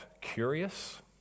curious